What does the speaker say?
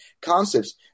concepts